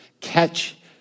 catch